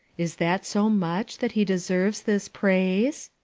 is that so much that he deserves this praise?